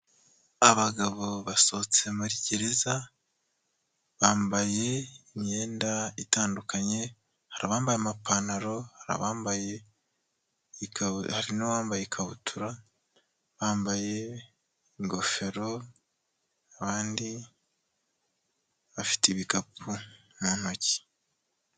abagabo basohotse muri gereza bambaye imyenda itandukanye hari abambaye amapantaro hari abambaye n'uwambaye ikabutura bambaye ingofero abandi bafite ibikapu mu ntoki.